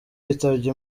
yitabye